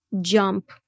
jump